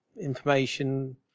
information